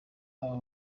aba